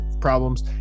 problems